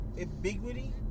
ambiguity